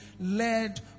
led